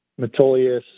Metolius